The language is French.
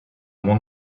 mont